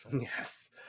yes